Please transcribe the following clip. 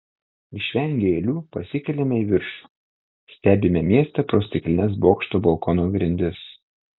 išvengę eilių pasikeliame į viršų stebime miestą pro stiklines bokšto balkono grindis